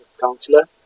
counselor